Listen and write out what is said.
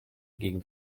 gegen